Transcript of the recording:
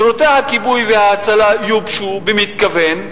שירותי הכיבוי וההצלה יובשו במתכוון.